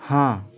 হাঁ